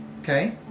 Okay